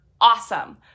awesome